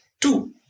two